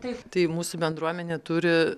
taip tai mūsų bendruomenė turi